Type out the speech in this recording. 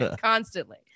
constantly